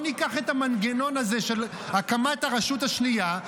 של הקמת הרשות השנייה,